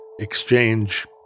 exchange